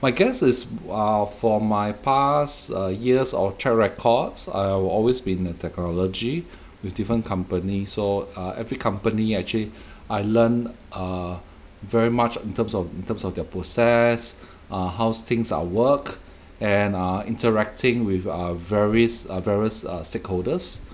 my guess is ah for my past years of track records I will always be in the technology with different company so uh every company actually I learned uh very much in terms of terms of their process uh how's things are work and err interacting with a varies various stakeholders